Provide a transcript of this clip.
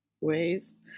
ways